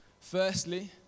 Firstly